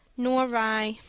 nor i.